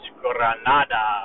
granada